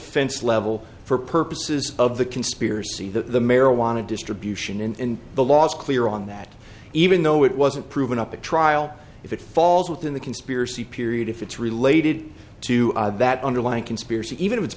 offense level for purposes of the conspiracy that the marijuana distribution in the law is clear on that even though it wasn't proven up at trial if it falls within the conspiracy period if it's related to that underlying conspiracy even if it's